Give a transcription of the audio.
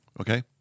Okay